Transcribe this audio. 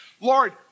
Lord